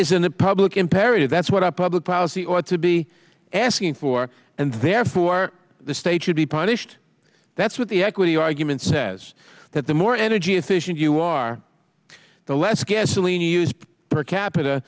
in the public imperative that's what our public policy ought to be asking for and therefore the state should be punished that's what the equity argument says that the more energy efficient you are the less gasoline you use per capita